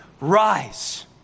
rise